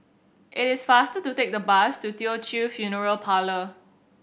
it is faster to take the bus to Teochew Funeral Parlour